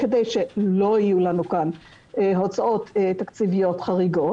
כדי שלא יהיו לנו כאן הוצאות תקציביות חריגות